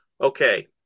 okay